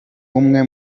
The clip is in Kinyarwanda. umwe